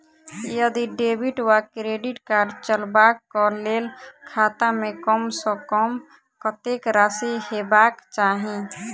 यदि डेबिट वा credit card चलबाक कऽ लेल खाता मे कम सऽ कम कत्तेक राशि हेबाक चाहि?